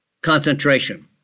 concentration